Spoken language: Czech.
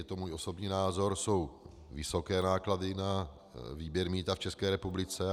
Můj osobní názor je, že jsou vysoké náklady na výběr mýta v České republice.